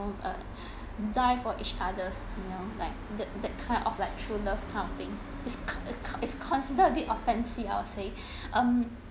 uh die for each other you know like the the kind of like true love kind of thing it's consi~ it's considered a bit of fantasy I would say um